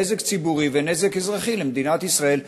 נזק ציבורי ונזק אזרחי למדינת ישראל,